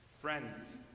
friends